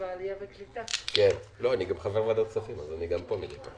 במגעים עם משרד השיכון ועם צה"ל כדי לפתור את הסוגיה.